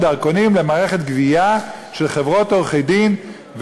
דרכונים למערכת גבייה של חברות עורכי-דין,